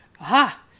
Aha